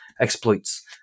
exploits